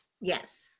Yes